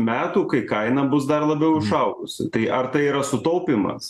metų kai kaina bus dar labiau užaugusi tai ar tai yra sutaupymas